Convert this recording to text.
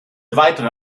weitere